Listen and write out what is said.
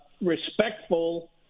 respectful